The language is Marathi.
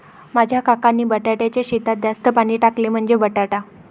माझ्या काकांनी बटाट्याच्या शेतात जास्त पाणी टाकले, म्हणजे बटाटा